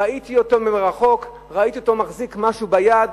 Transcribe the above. ראיתי אותו מרחוק, ראיתי אותו מחזיק משהו ביד,